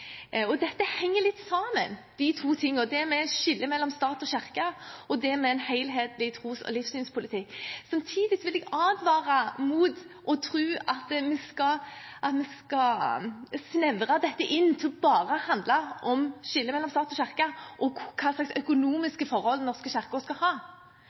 henger litt sammen – det med skille mellom stat og kirke og en helhetlig tros- og livssynspolitikk. Samtidig vil jeg advare mot å tro at vi skal snevre dette inn til bare å handle om skille mellom stat og kirke og hva slags økonomiske forhold Den norske kirke skal ha.